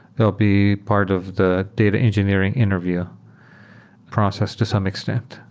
there'll be part of the data engineering interview process to some extent.